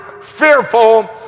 fearful